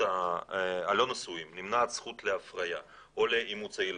הלא נשואים נמנעת זכות להפריה או לאימוץ הילדים,